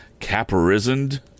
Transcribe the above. caparisoned